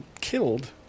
killed